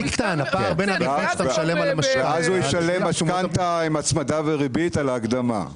הפער יקטן --- ואז הוא ישלם משכנתא עם הצמדה וריבית על ההקדמה.